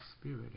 Spirit